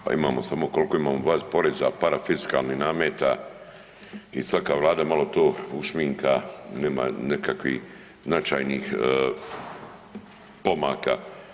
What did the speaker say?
Pa imamo samo koliko imamo .../nerazumljivo/... poreza, parafiskalnih nameta i svaka vlada malo to ušminka, nema nekakvih značajnih pomaka.